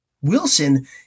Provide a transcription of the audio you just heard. Wilson